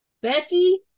Becky